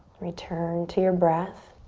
return to your breath.